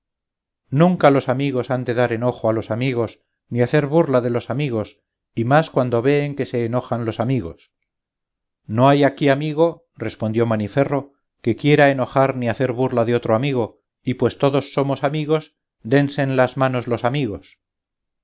nunca los amigos han de dar enojo a los amigos ni hacer burla de los amigos y más cuando veen que se enojan los amigos no hay aquí amigo respondió maniferro que quiera enojar ni hacer burla de otro amigo y pues todos somos amigos dense las manos los amigos